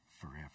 forever